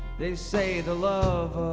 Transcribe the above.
they say the love